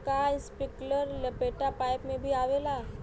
का इस्प्रिंकलर लपेटा पाइप में भी आवेला?